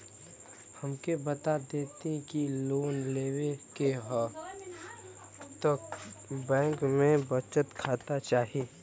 हमके बता देती की लोन लेवे के हव त बैंक में बचत खाता चाही?